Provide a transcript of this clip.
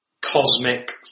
cosmic